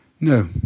No